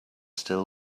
still